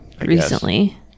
recently